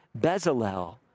Bezalel